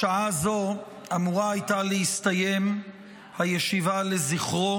בשעה הזו אמורה הייתה להסתיים הישיבה לזכרו